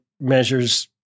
measures